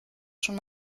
schon